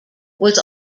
was